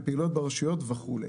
בפעילויות ברשויות וכו'.